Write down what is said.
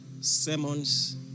sermons